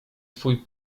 twój